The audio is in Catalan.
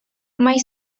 mai